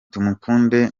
tumukunde